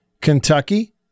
Kentucky